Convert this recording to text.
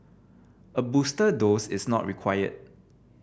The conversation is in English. a booster dose is not required